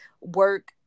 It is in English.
work